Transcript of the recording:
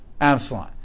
Absalom